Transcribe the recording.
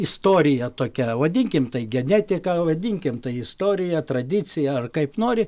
istorija tokia vadinkim tai genetika vadinkim tai istorija tradicija ar kaip nori